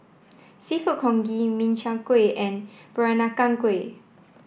seafood congee min chiang kueh and pranakan kueh